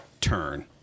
turn